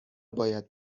باید